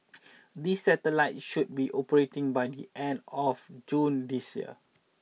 these satellite should be operating by the end of June this year